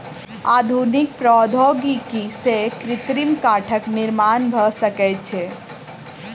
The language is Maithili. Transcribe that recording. आधुनिक प्रौद्योगिकी सॅ कृत्रिम काठक निर्माण भ सकै छै